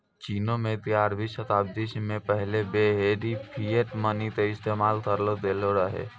चीनो मे ग्यारहवीं शताब्दी मे पहिला बेरी फिएट मनी के इस्तेमाल करलो गेलो रहै